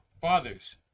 fathers